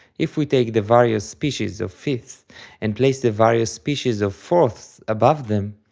if we take the various species of five ths and place the various species of four ths above them,